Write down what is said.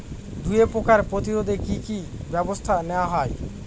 দুয়ে পোকার প্রতিরোধে কি কি ব্যাবস্থা নেওয়া হয়?